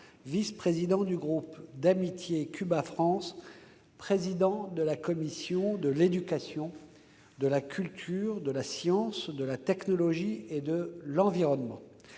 vice-président du groupe d'amitié Cuba-France, président de la commission de l'éducation, de la culture, de la science, de la technologie et de l'environnement.